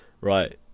right